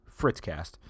fritzcast